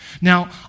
Now